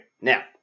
now